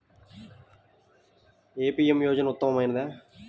ఏ PM యోజన ఉత్తమమైనది?